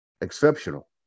exceptional